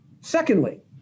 Secondly